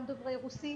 גם דוברי רוסית,